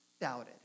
doubted